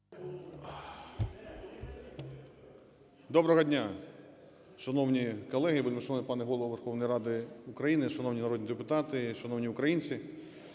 Доброго дня, шановні колеги, вельмишановний пане Голово Верховної Ради України, шановні народні депутати і шановні українці!